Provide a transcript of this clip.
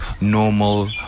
normal